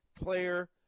player